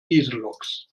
dieselloks